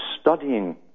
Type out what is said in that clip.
studying